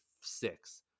six